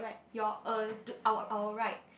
your uh to our our right